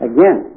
Again